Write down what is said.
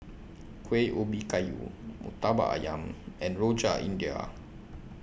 Kueh Ubi Kayu Murtabak Ayam and Rojak India